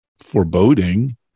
foreboding